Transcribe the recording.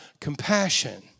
compassion